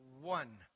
One